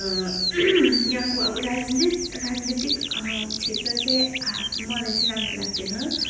यहाँको अब राजनित् राजनीतिक क्षेत्र चाहिँ मलाई चाहिँ राम्रो लाग्दैन